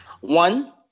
One